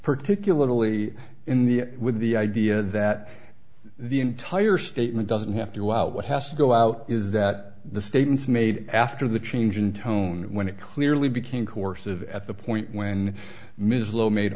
particularly in the with the idea that the entire statement doesn't have to go out what has to go out is that the statements made after the change in tone when it clearly became coercive at the point when ms lowe made